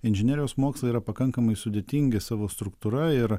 inžinerijos mokslai yra pakankamai sudėtingi savo struktūra ir